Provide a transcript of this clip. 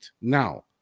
now